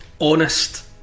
honest